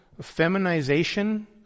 feminization